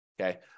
okay